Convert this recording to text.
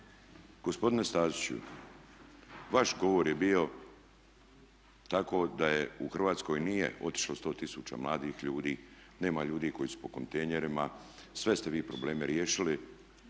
Gospodine Staziću, vaš govor je bio tako da je, u Hrvatskoj nije otišlo 100 tisuća mladih ljudi, nema ljudi koji su po kontejnerima, sve ste vi probleme riješili.